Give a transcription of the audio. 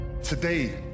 Today